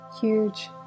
huge